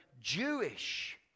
Jewish